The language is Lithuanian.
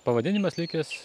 pavadinimas likęs